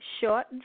short